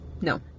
No